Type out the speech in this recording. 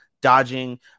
dodging